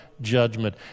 judgment